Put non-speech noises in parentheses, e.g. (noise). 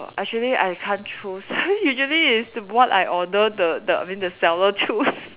err actually I can't choose (laughs) usually is what I order the the I mean the seller choose